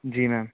जी ma'am